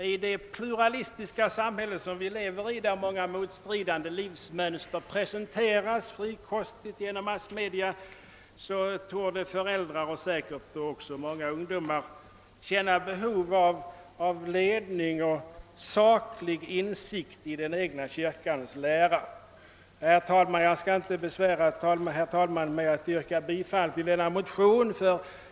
I det pluralistiska samhälle, där vi lever och där många motstridande livsmönster frikostigt presenteras genom massmedia, torde föräldrar och säkert också många ungdomar känna behov av ledning och saklig insikt i den egna kyrkans lära. Jag skall inte besvära herr talmannen med att yrka bifall till denna motion i dag.